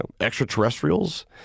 extraterrestrials